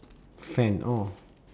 fan orh